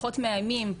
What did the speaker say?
פחות מאיימים,